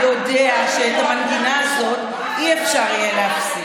יודע, שאת המנגינה הזאת לא יהיה אפשר להפסיק.